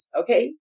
okay